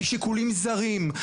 משיקולים זרים,